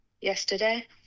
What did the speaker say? yesterday